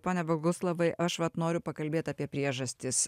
pone boguslavai aš vat noriu pakalbėt apie priežastis